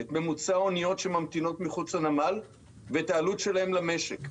את ממוצע האניות שממתינות מחוץ לנמל ואת העלות שלהם למשק.